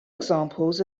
examples